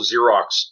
Xerox